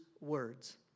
words